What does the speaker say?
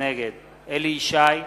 נגד אליהו ישי,